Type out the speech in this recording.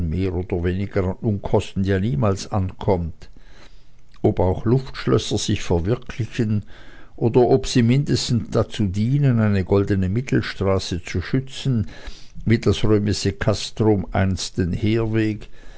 mehr oder weniger an unkosten ja niemals ankommt ob auch luftschlösser sich verwirklichen oder ob sie mindestens dazu dienen eine goldene mittelstraße zu schützen wie das römische castrum einst den heerweg